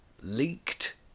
leaked